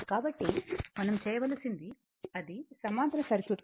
కాబట్టి మనం చేయవలసింది అది సమాంతర సర్క్యూట్